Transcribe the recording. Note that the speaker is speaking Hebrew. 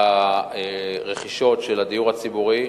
הרכישות של הדיור הציבורי.